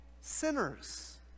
sinners